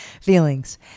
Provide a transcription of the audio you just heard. feelings